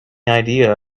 idea